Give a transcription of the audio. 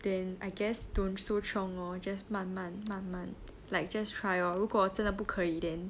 then I guess don't so chiong lor just 慢慢慢慢 like just try lor 如果真的不可以 then